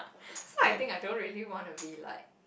so like I think I don't really wanna be like